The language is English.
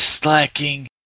slacking